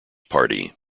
party